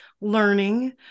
learning